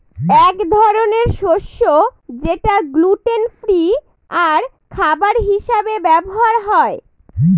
এক ধরনের শস্য যেটা গ্লুটেন ফ্রি আর খাবার হিসাবে ব্যবহার হয়